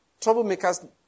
troublemakers